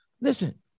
Listen